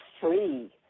free